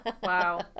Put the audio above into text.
Wow